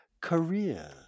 career